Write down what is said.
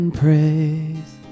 praise